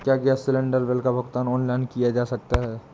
क्या gas cylinder bill का भुगतान ऑनलाइन किया जा सकता है?